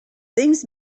things